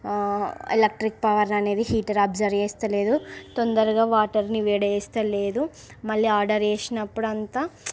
electric power అనేది heater absorb చేస్తలేదు తొందరగా వాటర్ని వేడి చేస్తలేదు మళ్ళీ ఆర్డర్ చేసినప్పుడు అంతా